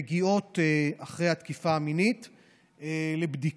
מגיעות אחרי התקיפה המינית לבדיקה,